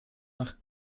nach